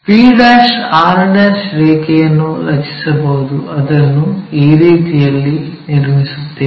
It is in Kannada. p r ರೇಖೆಯನ್ನು ರಚಿಸಬಹುದು ಅದನ್ನು ಈ ರೀತಿಯಲ್ಲಿ ನಿರ್ಮಿಸುತ್ತೇವೆ